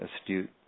astute